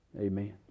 amen